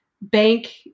bank